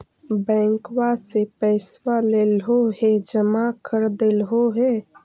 बैंकवा से पैसवा लेलहो है जमा कर देलहो हे?